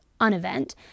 unevent